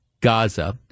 Gaza